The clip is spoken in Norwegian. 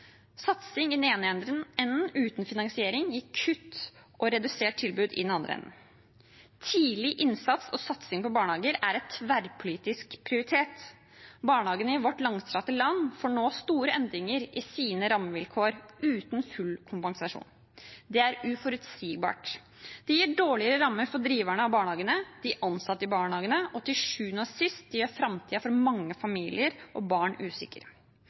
Satsing i den ene enden uten finansiering gir kutt og et redusert tilbud i den andre enden. Tidlig innsats og satsing på barnehager er en tverrpolitisk prioritet. Barnehagene i vårt langstrakte land får nå store endringer i sine rammevilkår uten full kompensasjon. Det er uforutsigbart. Det gir dårlige rammer for driverne av barnehagene og de ansatte i barnehagene, og til syvende og sist gjør det framtiden for mange familier og barn usikker.